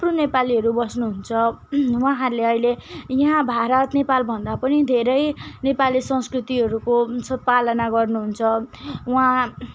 थुप्रो नेपालीहरू बस्नुहुन्छ उहाँहरूले अहिले यहाँ भारत नेपालभन्दा पनि धेरै नेपाली संस्कृतिहरूको स पालना गर्नुहुन्छ वहाँ